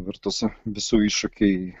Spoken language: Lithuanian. virtusį visų iššūkiai